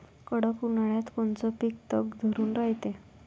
कडक उन्हाळ्यात कोनचं पिकं तग धरून रायते?